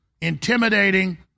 intimidating